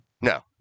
No